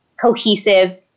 cohesive